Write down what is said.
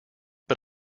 but